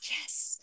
yes